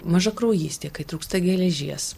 mažakraujystė kai trūksta geležies